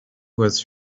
was